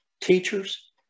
teachers